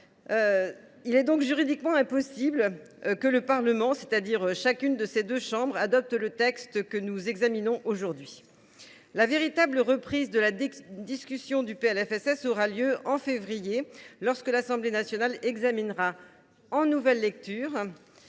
impossible juridiquement que le Parlement, c’est à dire chacune de ses deux chambres, adopte le texte que nous examinons aujourd’hui. La véritable reprise de la discussion du PLFSS aura donc lieu en février prochain, lorsque l’Assemblée nationale examinera, en nouvelle lecture,